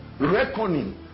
reckoning